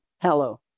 hello